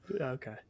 Okay